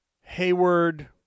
Hayward